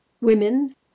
Women